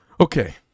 okay